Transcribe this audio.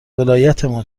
ولایتمون